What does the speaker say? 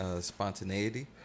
spontaneity